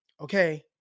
okay